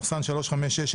פ/356/24,